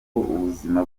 ubuzima